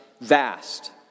vast